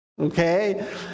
Okay